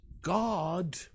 god